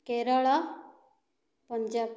Kerala Punjab